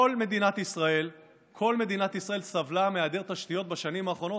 כל מדינת ישראל סבלה מהיעדר תשתיות בשנים האחרונות.